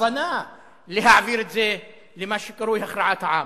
הבנה להעברה של זה למה שקרוי "הכרעת העם",